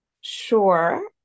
Sure